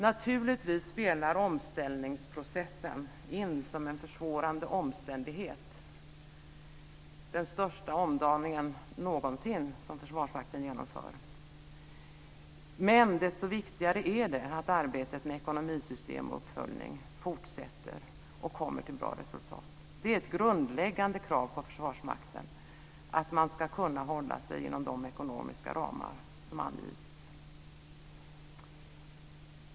Naturligtvis spelar omställningsprocessen in som en försvårande omständighet. Det är den största omdaningen någonsin som Försvarsmakten genomför. Men desto viktigare är det att arbetet med ekonomisystem och uppföljning fortsätter och kommer till bra resultat. Det är ett grundläggande krav på Försvarsmakten att man ska kunna hålla sig inom de ekonomiska ramar som angivits.